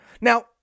Now